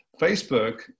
Facebook